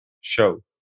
show